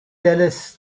dallas